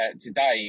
today